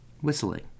Whistling